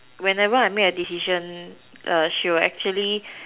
whenever I make a decision she will actually